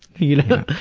you know.